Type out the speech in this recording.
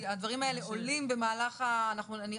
כי הדברים האלה עולים במהלך ה אני